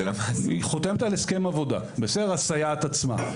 היא חותמת על הסכם עבודה, הסייעת עצמה.